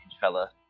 fella